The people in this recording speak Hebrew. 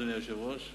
אדוני היושב-ראש,